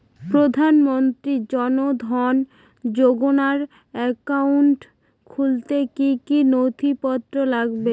প্রধানমন্ত্রী জন ধন যোজনার একাউন্ট খুলতে কি কি নথিপত্র লাগবে?